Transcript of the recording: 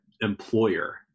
Employer